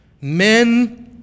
Men